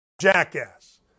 jackass